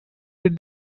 did